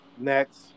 Next